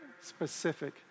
specific